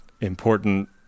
important